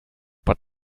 but